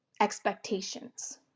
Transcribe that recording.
expectations